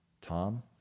Tom